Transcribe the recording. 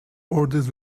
orders